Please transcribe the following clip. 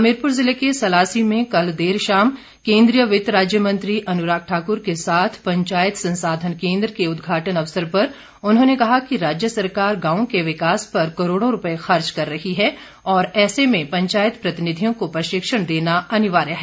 हमीरपुर ज़िले के सलासी में कल देर शाम केंद्रीय वित्त राज्य मंत्री अनुराग ठाकुर के साथ पंचायत संसाधन केंद्र के उद्घाटन अवसर पर उन्होंने कहा कि राज्य सरकार गांव के विकास पर करोड़ों रुपये खर्च कर रही है और ऐसे में पंचायत प्रतिनिधियों को प्रशिक्षण देना अनिवार्य है